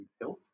health